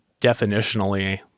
definitionally